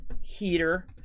heater